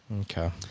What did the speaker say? Okay